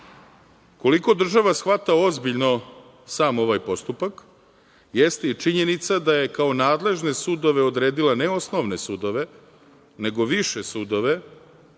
država shvata ozbiljno sam ovaj postupak, jeste i činjenica da je kao nadležne sudove odredila ne osnovne sudove nego više sudove